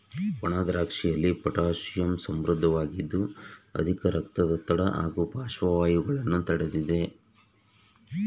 ಒಣದ್ರಾಕ್ಷಿಯಲ್ಲಿ potassium ಸಮೃದ್ಧವಾಗಿದ್ದು ಅಧಿಕ ರಕ್ತದೊತ್ತಡ ಹಾಗೂ ಪಾರ್ಶ್ವವಾಯುಗಳನ್ನು ತಡಿತದೆ